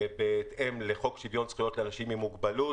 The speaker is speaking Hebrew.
בהתאם לחוק שוויון זכויות לאנשים עם מוגבלות.